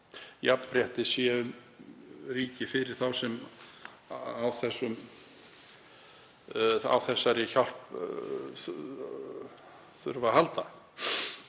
jafnrétti ríki fyrir þá sem á þessari hjálp þurfa að halda.